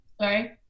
Sorry